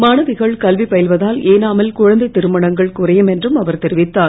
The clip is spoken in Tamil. மாணவிகள் கல்வி பயில்வதால் ஏஏஏ மில் குழந்தைத் திருமணங்கள் குறையும் என்றும் அவர் தெரிவித்தார்